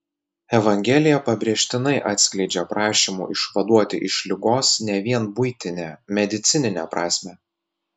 evangelija pabrėžtinai atskleidžia prašymų išvaduoti iš ligos ne vien buitinę medicininę prasmę